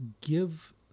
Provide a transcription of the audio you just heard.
give